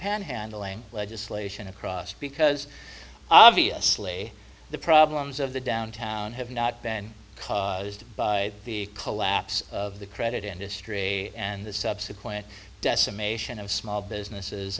panhandling legislation across because obviously the problems of the downtown have not been caused by the collapse of the credit industry and the subsequent decimation of small businesses